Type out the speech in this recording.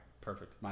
perfect